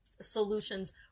solutions